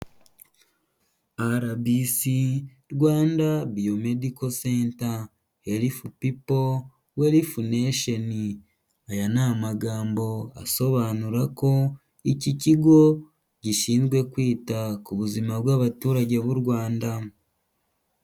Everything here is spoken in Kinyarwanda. RBC: Rwanda Biomedical centre, Healthy Peaple, Wealth Nation. Aya ni amagambo asobanura ko, iki kigo gishinzwe kwita ku buzima bw'abaturage b'u Rwanda.